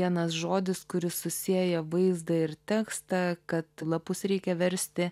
vienas žodis kuris susieja vaizdą ir tekstą kad lapus reikia versti